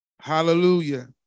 Hallelujah